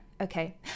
Okay